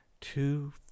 two